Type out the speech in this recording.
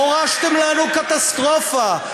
הורשתם לנו קטסטרופה.